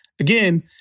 Again